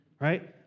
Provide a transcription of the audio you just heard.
right